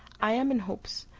i am in hopes,